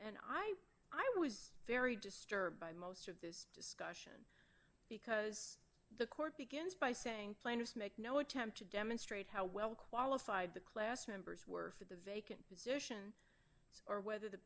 and i i was very disturbed by most discussion because the court begins by saying plaintiffs make no attempt to demonstrate how well qualified the class members were for the vacant position or whether the